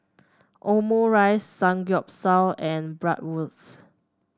Omurice Samgeyopsal and Bratwurst